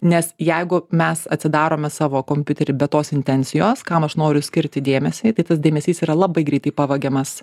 nes jeigu mes atsidarome savo kompiuterį be tos intencijos kam aš noriu skirti dėmesį tai tas dėmesys yra labai greitai pavagiamas